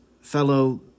fellow